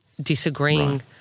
disagreeing